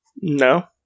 No